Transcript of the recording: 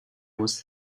was